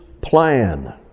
plan